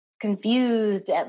confused